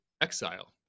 exile